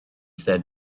said